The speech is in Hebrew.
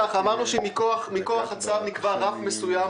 אמרנו שמכוח הצו נקבע רף מסוים,